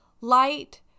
Light